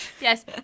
Yes